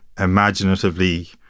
imaginatively